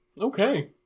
Okay